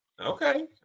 Okay